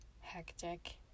hectic